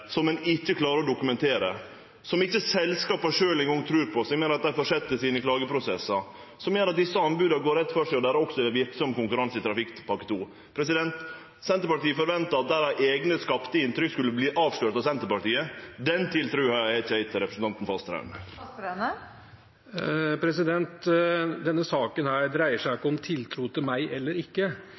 som ein ikkje klarar å dokumentere, som ikkje eingong selskapa sjølve trur på, som gjer at dei held fram med klageprosessane sine, som gjer at desse anboda går rett føre seg og det også er verksam konkurranse i Trafikkpakke 2. Senterpartiet forventa at deira eige skapte inntrykk skulle verte avslørt av Senterpartiet. Den tiltrua har ikkje eg til representanten Fasteraune. Denne saken dreier seg ikke om tiltro til meg eller